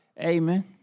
amen